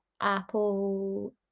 apple